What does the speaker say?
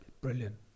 brilliant